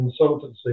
consultancy